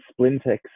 Splintex